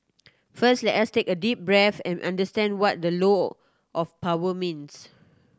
first let us take a deep breath and understand what the low of power means